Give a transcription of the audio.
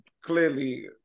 clearly